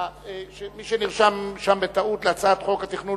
מי שנרשם שם בטעות להצעת חוק התכנון